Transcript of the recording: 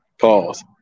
Pause